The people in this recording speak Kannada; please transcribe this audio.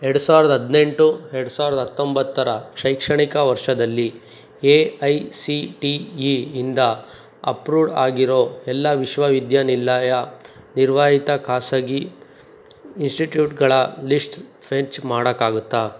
ಎರಡು ಸಾವಿರದ ಹದಿನೆಂಟು ಎರಡು ಸಾವಿರ ಹತ್ತೊಂಬತ್ತರ ಶೈಕ್ಷಣಿಕ ವರ್ಷದಲ್ಲಿ A I C T E ಇಂದ ಅಪ್ರೂವ್ಡ್ ಆಗಿರೋ ಎಲ್ಲ ವಿಶ್ವವಿದ್ಯಾನಿಲಯ ನಿರ್ವಹಿತ ಖಾಸಗಿ ಇನ್ಸ್ಟಿಟ್ಯೂಟ್ಗಳ ಲಿಸ್ಟ್ ಫೆಚ್ ಮಾಡೋಕ್ಕಾಗುತ್ತಾ